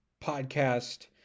podcast